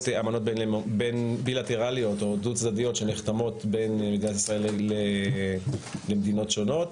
אמנות בילטרליות או דו-צדדיות שנחתמות בין מדינת ישראל למדינות שונות,